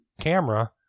camera